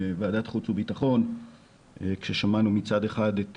בוועדת חוץ וביטחון כששמענו מצד אחד את